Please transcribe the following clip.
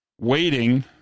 waiting